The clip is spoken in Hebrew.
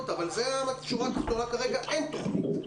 אבל זו השורה התחתונה כרגע אין תוכנית.